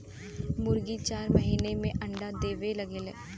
मुरगी चार महिना में अंडा देवे लगेले